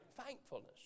Thankfulness